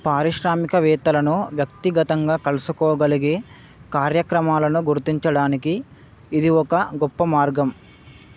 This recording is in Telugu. పారిశ్రామికవేత్తలను వ్యక్తిగతంగా కలుసుకోగలిగే కార్యక్రమాలను గుర్తించడానికి ఇది ఒక గొప్ప మార్గం